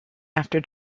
after